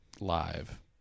live